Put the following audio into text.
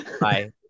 Bye